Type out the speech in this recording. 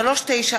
(תיקון,